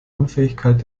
unfähigkeit